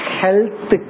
health